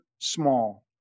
small